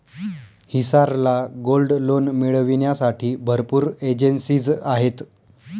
हिसार ला gold loan मिळविण्यासाठी भरपूर एजेंसीज आहेत